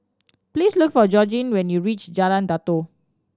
please look for Georgine when you reach Jalan Datoh